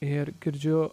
ir girdžiu